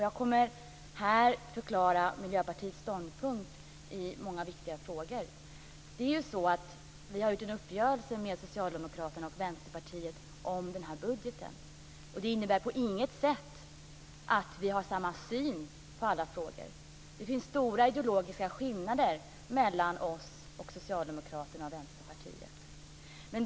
Jag kommer här att förklara Miljöpartiets ståndpunkt i många viktiga frågor. Vi har gjort en uppgörelse med Socialdemokraterna och Vänsterpartiet om budgeten. Det innebär på inget sätt att vi har samma syn i alla frågor. Det finns stora ideologiska skillnader mellan oss och Socialdemokraterna och Vänsterpartiet.